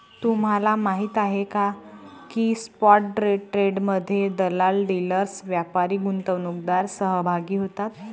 तुम्हाला माहीत आहे का की स्पॉट ट्रेडमध्ये दलाल, डीलर्स, व्यापारी, गुंतवणूकदार सहभागी होतात